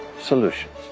Solutions